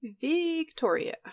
Victoria